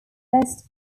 best